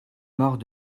mort